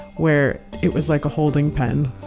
where it was like a holding pen.